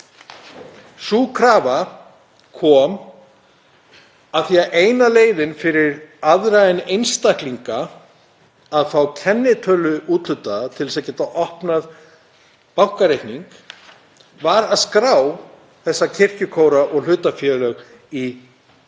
Sú krafa kom af því að eina leiðin fyrir aðra en einstaklinga að fá kennitölu úthlutað til að geta opnað bankareikning var að skrá þessa kirkjukóra og hlutafélög í